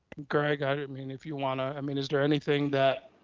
greg i mean if you want to, i mean, is there anything that.